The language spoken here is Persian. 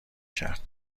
کرد